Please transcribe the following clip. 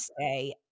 say